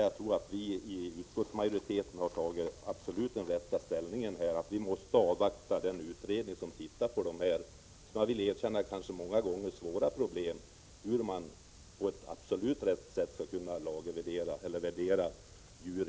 Jag tror att utskottsmajoritetens ställningstagande är det riktiga, att vi måste avvakta den utredning som undersöker dessa — det vill jag erkänna — många gånger svåra problem hur man på ett absolut rätt sätt skall värdera djur i jordbruk.